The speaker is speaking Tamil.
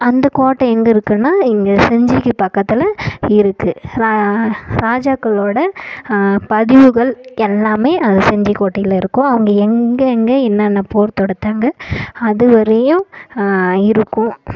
அந்த கோட்டை எங்கே இருக்குன்னா இங்கே செஞ்சிக்கு பக்கத்தில் இருக்கு ராஜாக்களோட பதிவுகள் எல்லாமே அந்த செஞ்சி கோட்டையில இருக்கும் அவங்க எங்கெங்க என்னென்ன போர் தொடுத்தாங்க அதுவரையும் இருக்கும்